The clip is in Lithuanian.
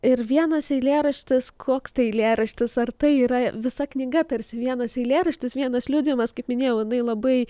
ir vienas eilėraštis koks tai eilėraštis ar tai yra visa knyga tarsi vienas eilėraštis vienas liudijimas kaip minėjau jinai labai